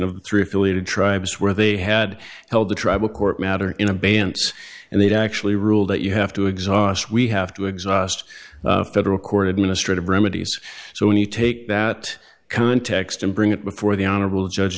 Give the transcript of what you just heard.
affiliated tribes where they had held the tribal court matter in abeyance and they've actually ruled that you have to exhaust we have to exhaust federal court administrative remedies so when you take that context and bring it before the honorable judge